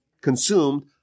consumed